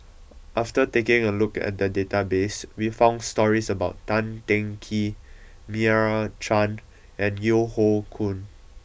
after taking a look at the database we found stories about Tan Teng Kee Meira Chand and Yeo Hoe Koon